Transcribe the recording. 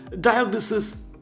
diagnosis